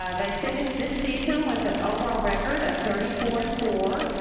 ah they finished this season with an overall record of thirty four and four,